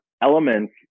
elements